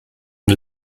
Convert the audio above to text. und